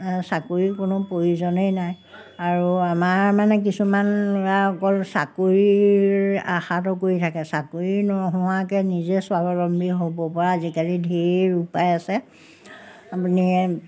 চাকৰিৰ কোনো প্ৰয়োজনেই নাই আৰু আমাৰ মানে কিছুমান ল'ৰা অকল চাকৰিৰ আশাটো কৰি থাকে চাকৰি নোহোৱাকৈ নিজে স্বাৱলম্বী হ'ব পৰা আজিকালি ঢেৰ উপায় আছে আপুনি